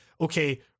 okay